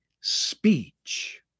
speech